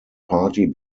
party